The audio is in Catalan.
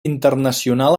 internacional